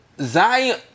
Zion